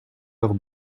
leurs